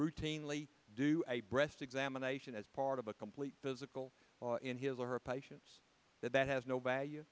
routinely do a breast examination as part of a complete physical in his or her patients that that has no value